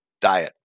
diet